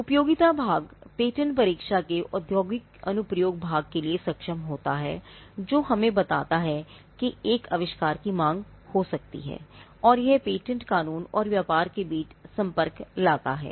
उपयोगिता भाग पेटेंट परीक्षा के औद्योगिक अनुप्रयोग भाग के लिए सक्षम होता है जो हमें बताता है कि एक आविष्कार की मांग हो सकती है और यह पेटेंट कानून और व्यापार के बीच संपर्क लाता है